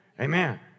Amen